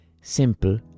simple